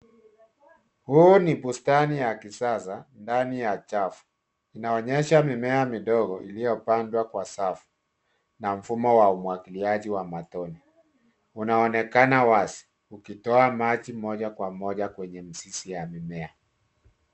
Huu ni bustani ya kisasa ndani ya chafu. Inaonyesha mimea midogo iliyopandwa kwa safu na mfumo wa umwangiliaji wa matone. Unaonekana wazi ukitoa maji moja kwa moja kwenye mizizi ya mimea.